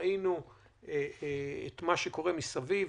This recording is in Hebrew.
ראינו מה שקורה מסביב,